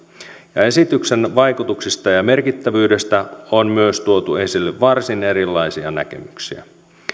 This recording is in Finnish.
ja esityksen vaikutuksista ja merkittävyydestä on myös tuotu esille varsin erilaisia näkemyksiä